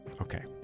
okay